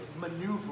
maneuver